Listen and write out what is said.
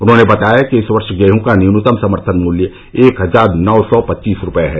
उन्होंने बताया कि इस वर्ष गेहूं का न्यूनतम समर्थन मूल्य एक हजार नौ सौ पच्चीस रूपये है